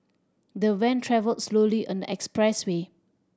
the van travelled slowly on the expressway